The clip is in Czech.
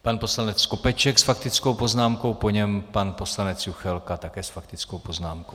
Pan poslanec Skopeček s faktickou poznámkou, po něm pan poslanec Juchelka také s faktickou poznámkou.